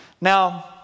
Now